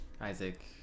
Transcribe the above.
Isaac